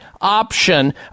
option